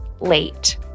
late